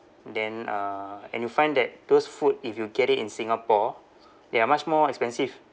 then uh and you find that those food if you get it in singapore they are much more expensive